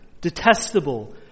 detestable